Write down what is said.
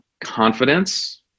confidence